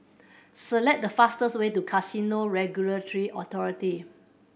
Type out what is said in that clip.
select the fastest way to Casino Regulatory Authority